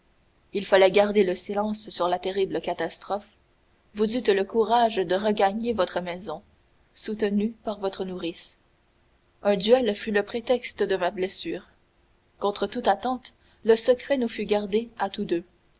il fallait garder le silence sur la terrible catastrophe vous eûtes le courage de regagner votre maison soutenue par votre nourrice un duel fut le prétexte de ma blessure contre toute attente le secret nous fut gardé à tous deux